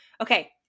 Okay